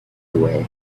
away